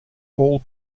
all